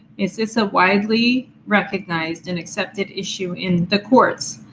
is this a widely recognized and accepted issue in the courts?